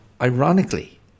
ironically